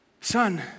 Son